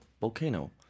volcano